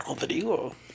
Rodrigo